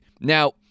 now